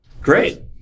Great